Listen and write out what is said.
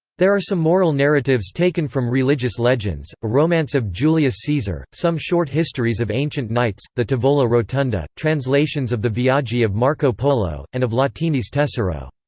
there are some moral narratives taken from religious legends, a romance of julius caesar, some short histories of ancient knights, the tavola rotonda, translations of the viaggi of marco polo, polo, and of latini's tesoro.